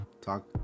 talk